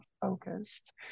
focused